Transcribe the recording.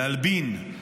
להלבין,